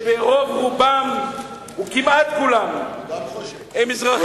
שרוב-רובם או כמעט כולם הם אזרחים טובים,